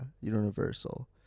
universal